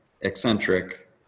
eccentric